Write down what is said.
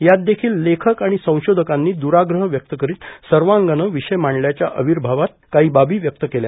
यात देखील लेखक आणि संशोषकांनी दुराग्रह व्यक्त करीत सर्वांगानं विषय मांडल्याच्या आविर्मावात कारी बाबी व्यक्त केल्या